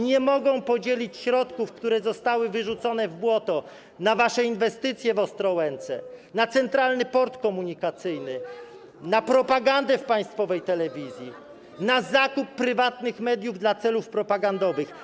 Nie mogą podzielić środków, które zostały wyrzucone w błoto, na wasze inwestycje w Ostrołęce, na Centralny Port Komunikacyjny, na propagandę w państwowej telewizji, na zakup prywatnych mediów dla celów propagandowych.